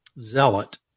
zealot